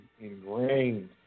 Ingrained